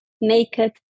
naked